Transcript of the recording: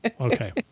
Okay